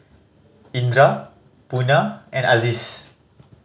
Indra Munah and Aziz